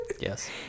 Yes